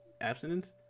abstinence